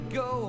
go